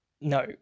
no